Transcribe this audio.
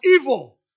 evil